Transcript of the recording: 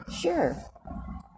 Sure